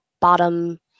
bottom